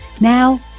Now